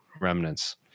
remnants